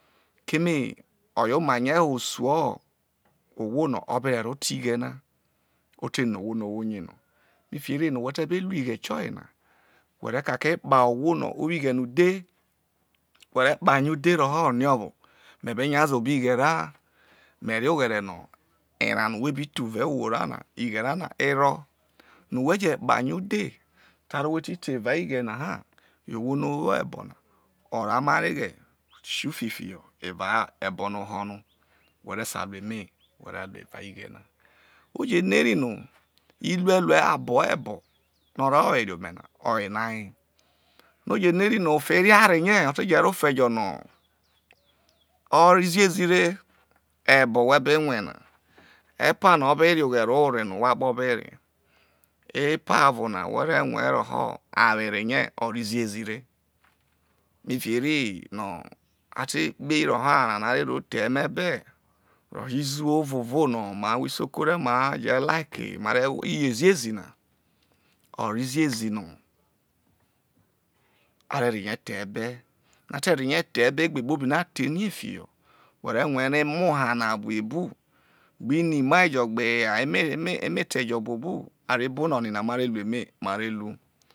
Keme oye omarie ho osu ono o be ro erote ighe na o te no ohwo no o worie no fiki ere no whe te be ruō ighe tieyena whe re kake kpahe ohwo no o wo ighe udhe, whe re kpahie odheroho niovo me be nyaze obo ighe ra me rie oghere no erao no who bi thu evao ighe na na e ro no whe je kpahie udhe taure whe ti te evao ighe na nai ohwo no o wo ebo o reho mm amareghe si ufi fiho evao ebo na oho no whe re sai ru eme whe re ruō evao ighe oje no ere no irueru abo ebo no o ro were ome na oye na oye. oje no ere no ofe eriare rie je ro ofe jo no o o ro ziezi re ebo whe be rue na epano o be reoghere ore no ohwo akpo o be re epovo na whe re rue roho awere re o re ziezi re fiki ere no o te kpi roho arano no are ro the emebe o ro izuwo ovaono no are ro the emebe o ro izuwo ovovo no ma ohwor isoko ma re mai jelike ma re wuhie ziezi na o ro ziezi no a re rehie the ebe a terehie the ebe ogbe kpobi no a the rie fiho whe re rue no emoha na buobu gbini maijo gbe ejei eme eme te jo buobu a re bo no onana ma re ru emejo ma re ru